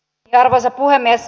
arvoisa puhemies